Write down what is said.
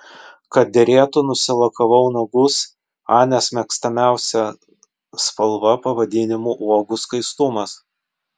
kad derėtų nusilakavau nagus anės mėgstamiausia spalva pavadinimu uogų skaistumas